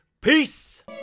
Peace